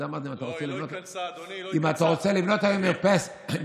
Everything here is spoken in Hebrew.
אם אתה רוצה לבנות היום מרפסת,